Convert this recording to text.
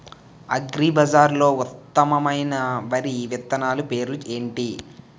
అగ్రిబజార్లో ఉత్తమమైన వరి విత్తనాలు పేర్లు ఏంటి?